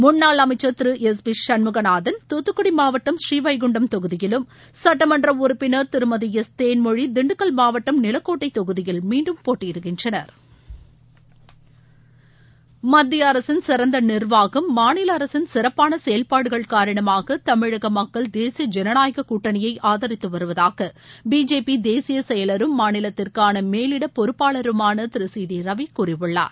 முன்னாள் அமைச்சர் Thiru S P Shanmuganathan Thoothukudi மாவட்டம் பூநீவைகுண்டம் தொகுதியிலும் சட்டமன்ற உறுப்பினர் திருமதி எஸ் தேன்மொழி திண்டுக்கல் மாவட்டம் நிலக்கோட்டை தொகுதியில் மீண்டும் போட்டியிடுகின்றனர மத்திய அரசின் சிறந்த நிர்வாகம் மாநில அரசின் சிறப்பான செயல்பாடுகள் காரணமாக தமிழக மக்கள் தேசிய ஜனநாயகக் கூட்டணியை ஆதரித்து வருவதாக பிஜேபி தேசியச்செயலரும் மாநிலத்திற்கான மேலிட பொறுப்பாளருமான திரு சி டி ரவி கூறியுள்ளார்